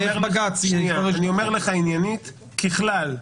איך בג"ץ --- אז אני אומר לך עניינית: ככלל,